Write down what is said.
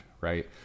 right